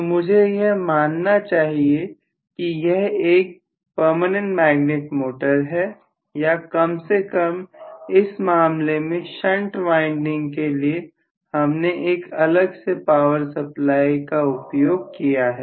तो मुझे यह मानना चाहिए कि यह एक PM मोटर है या कम से कम इस मामले में शंट वाइंडिंग के लिए हमने एक अलग से पावर सप्लाई उपयोग किया है